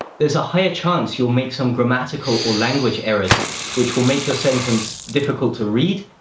there's a higher chance you'll make some grammatical or language errors which will make your sentence difficult to read,